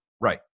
Right